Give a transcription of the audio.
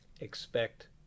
expect